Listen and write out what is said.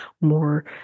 more